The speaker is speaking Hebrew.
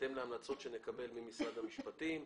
בהתאם להמלצות שנקבל ממשרד המשפטים.